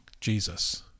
Jesus